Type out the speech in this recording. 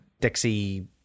Dixie